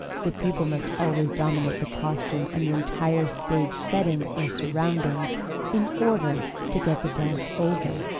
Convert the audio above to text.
the pupil must always dominate the costume and the entire stage setting or surroundings in order to get the dance over.